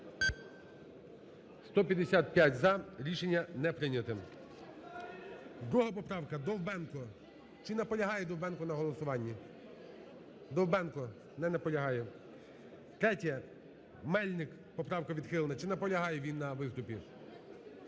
За-155 Рішення не прийняте. 2 поправка, Довбенко. Чи наполягає Довбенко на голосуванні? Довбенко? Не наполягає. 3-я, Мельник. Поправка відхилена. Чи наполягає він на виступі?